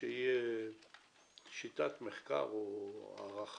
שתהיה שיטת מחקר או הערכה